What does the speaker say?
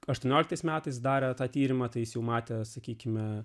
aštuonioliktais metais darė tą tyrimą teisių matė sakykime